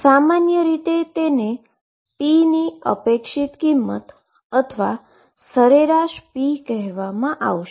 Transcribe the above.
સામાન્ય રીતે તેને p ની એક્સ્પેક્ટેશન વેલ્યુ અથવા એવરેજ p કહેવામાં આવશે